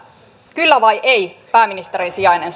kyllä vai ei pääministerin sijainen